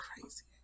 Crazy